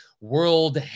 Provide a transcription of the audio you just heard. world